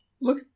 Look